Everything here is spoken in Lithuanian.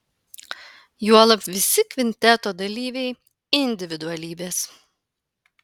juolab visi kvinteto dalyviai individualybės